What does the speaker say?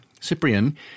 Cyprian